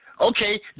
Okay